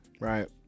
Right